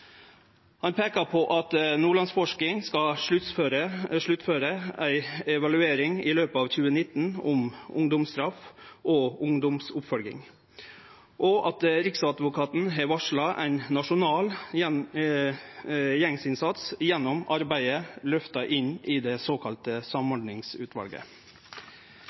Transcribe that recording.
Han peika på at Nordlandsforskning skal sluttføre ei evaluering i løpet av 2019 om ungdomsstraff og ungdomsoppfølging, og at Riksadvokaten har varsla ein nasjonal gjenginnsats gjennom arbeidet løfta inn i det sokalla Samordningsutvalget.